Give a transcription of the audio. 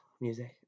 music